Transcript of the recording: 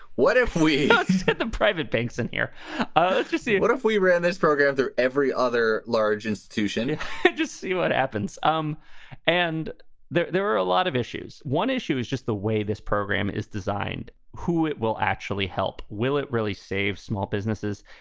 what if we get them private banks in here? let's ah just see what if we ran this program there, every other large institution could just see what happens um and there there were a lot of issues. one issue is just the way this program is designed. who it will actually help? will it really save small businesses?